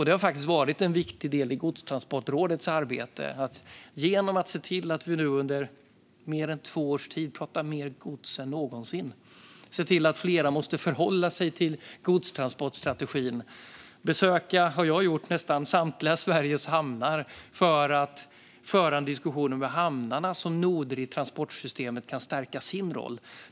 Det har varit en viktig del i godstransportrådets arbete. Man har genom att se till att vi under mer än två års tid pratat mer gods än någonsin fått allt fler att förhålla sig till godstransportstrategin. Jag har besökt nästan samtliga Sveriges hamnar för att föra en diskussion om hur hamnarna som noder i transportsystemet kan stärka sin roll.